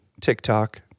TikTok